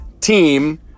team